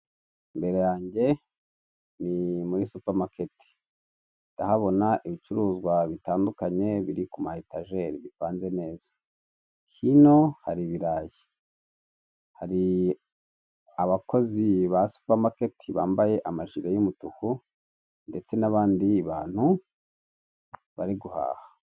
Imbere yanjye muri supamaketi ndahabona ibicuruzwa bitandukanye biri kuma etajeri bipanze neza; hino hari ibirayi, hari abakozi ba supamaketi bambaye amajiri y'umutuku ndetse n'abandi bantu bari guhaha.